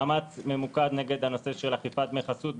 מאמץ ממוקד נגד הנושא של אכיפת דמי חסות,